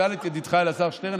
שאל את ידידך אלעזר שטרן.